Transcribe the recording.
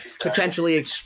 potentially